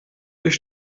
ich